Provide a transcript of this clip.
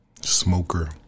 Smoker